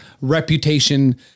reputation